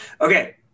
Okay